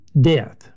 death